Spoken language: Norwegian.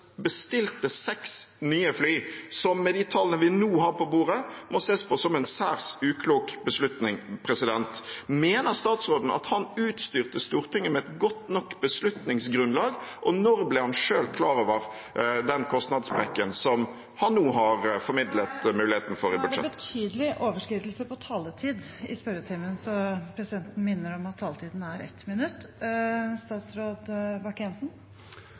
bestilte seks nye fly, som – med de tallene vi nå har på bordet – må ses på som en særs uklok beslutning. Mener statsråden at han utstyrte Stortinget med et godt nok beslutningsgrunnlag, og når ble han selv klar over den kostnadssprekken som han nå har formidlet at det er en mulighet for i budsjettet? Nå er det betydelige overskridelser av taletiden i spørretimen, så presidenten minner om at taletiden er ett minutt.